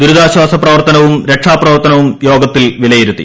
ദുരിതാശ്വാസ പ്രവർത്തനവും രക്ഷാപ്ര വർത്തനവും യോഗത്തിൽ വിലയിരുത്തി